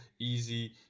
easy